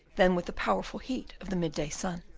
than with the powerful heat of the midday sun.